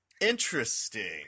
Interesting